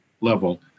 level